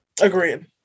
Agreed